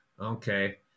Okay